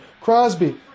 Crosby